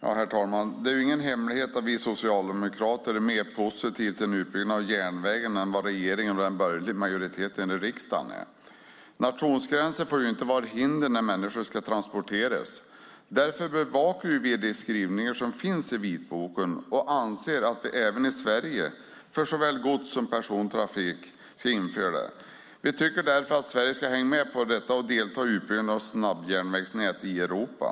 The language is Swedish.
Herr talman! Det är ingen hemlighet att vi socialdemokrater är mer positiva till en utbyggnad av järnvägen än vad regeringen och den borgerliga majoriteten i riksdagen är. Nationsgränser får inte vara hinder när människor ska transportera sig. Därför bevakar vi skrivningarna i vitboken. Vi anser att det som står där ska införas även i Sverige för såväl gods som persontrafik. Vi tycker således att Sverige ska hänga med och delta i utbyggnaden av snabbjärnvägsnät i Europa.